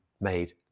made